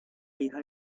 hija